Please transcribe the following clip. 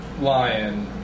lion